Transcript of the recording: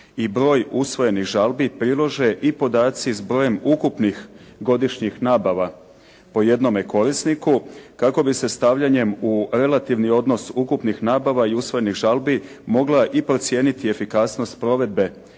i broj usvojenih žalbi prilože i podaci s brojem ukupnih godišnjih nabava po jednome korisniku kako bi se stavljanjem u relativni odnos ukupnih nabava i usvojenih žalbi mogla i procijeniti efikasnost provedbe